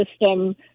system